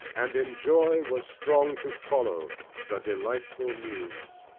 and in joy was strong to follow the delightful muse.